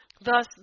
Thus